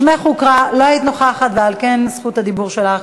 שמך הוקרא, לא היית נוכחת, ועל כן זכות הדיבור שלך